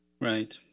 Right